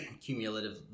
cumulative